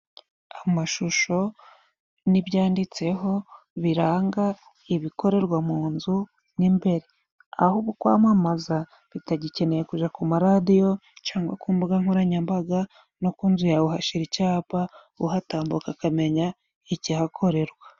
Amashusho n'ibyanditseho biranga ibikorerwa mu nzu mo imbere. Aho ubu kwamamaza bitagikeneye kuja ku maradiyo, cangwa ku mbuga nkoranyambaga. No ku nzu yawe uhashira icapa uhatambuka ukamenya ikihakorerwa.